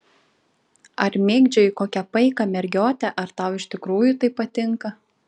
ar mėgdžioji kokią paiką mergiotę ar tau iš tikrųjų tai patinka